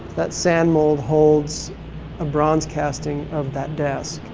that sand mold holds a bronze casting of that desk.